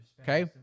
okay